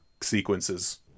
sequences